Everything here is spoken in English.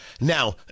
now